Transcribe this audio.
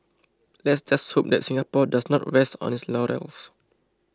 let's just hope that Singapore does not rest on its laurels